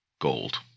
gold